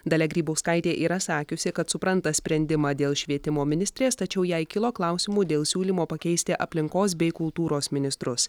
dalia grybauskaitė yra sakiusi kad supranta sprendimą dėl švietimo ministrės tačiau jai kilo klausimų dėl siūlymo pakeisti aplinkos bei kultūros ministrus